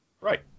Right